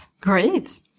great